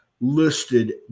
listed